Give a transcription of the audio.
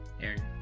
Aaron